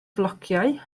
flociau